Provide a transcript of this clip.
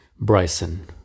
Bryson